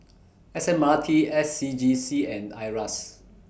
S M R T S C G C and IRAS